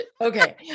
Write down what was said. okay